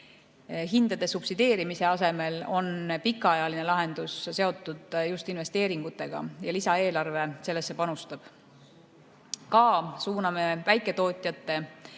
Hindade subsideerimise asemel on pikaajaline lahendus seotud just investeeringutega ja lisaeelarve sellesse panustab. Ka suuname väiketootjate